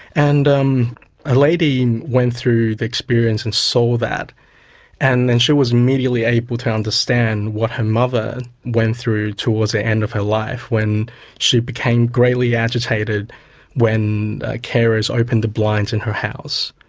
and um a lady went through the experience and saw that and then she was immediately able to understand what her mother went through towards the end of her life when she became greatly agitated when carers opened the blinds in her house.